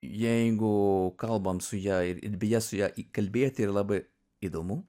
jeigu kalbam su ja ir beje su ja kalbėti yra labai įdomu